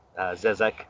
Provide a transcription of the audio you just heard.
Zezek